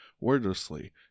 wordlessly